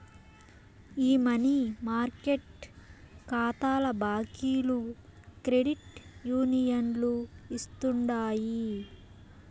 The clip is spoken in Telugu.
ఈ మనీ మార్కెట్ కాతాల బాకీలు క్రెడిట్ యూనియన్లు ఇస్తుండాయి